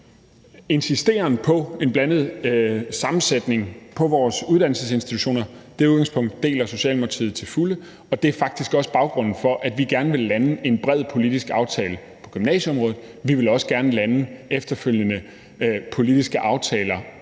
insisteren på en blandet sammensætning på vores uddannelsesinstitutioner. Det udgangspunkt deler Socialdemokratiet til fulde, og det er faktisk også baggrunden for, at vi gerne vil lande en bred politisk aftale på gymnasieområdet. Vi vil også gerne efterfølgende lande politiske aftaler